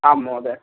आम् महोदय